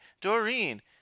Doreen